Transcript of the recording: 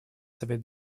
совет